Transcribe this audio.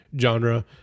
genre